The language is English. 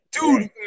dude